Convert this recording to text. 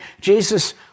Jesus